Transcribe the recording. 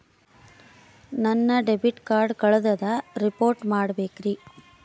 ನನ್ನ debit card ಕಳ್ದದ report ಮಾಡಬೇಕ್ರಿ